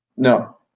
No